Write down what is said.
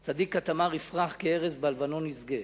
"צדיק כתמר יפרח, כארז בלבנון ישגה".